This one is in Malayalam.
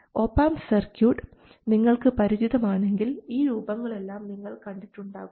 ഒപാംപ് സർക്യൂട്ട് നിങ്ങൾക്ക് പരിചിതമാണെങ്കിൽ ഈ രൂപങ്ങളെല്ലാം നിങ്ങൾ കണ്ടിട്ടുണ്ടാകും